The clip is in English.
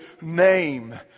name